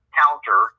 counter